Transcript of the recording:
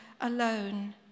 alone